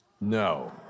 No